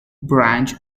branch